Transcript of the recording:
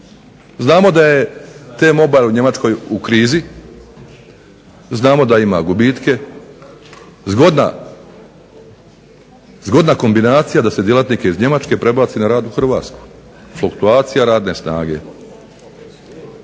Znamo da je T-mobile u Njemačkoj u krizi, znamo da ima gubitke, zgodna kombinacija da se djelatnike iz Njemačke prebaci na rad u Hrvatsku. Fluktuacija radne snage.